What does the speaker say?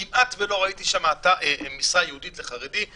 וכמעט שלא ראיתי שם משרה ייעודית לחרדי.